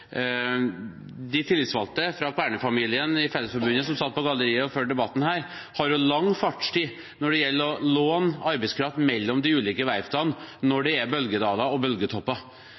De tillitsvalgte fra Kværner-familien i Fellesforbundet, som satt på galleriet og fulgte debatten her, har lang fartstid når det gjelder å låne ut arbeidskraft mellom de ulike verftene når det er bølgedaler og